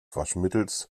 waschmittels